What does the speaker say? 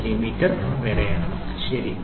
8939 millimetre വരെയാണ് ശരി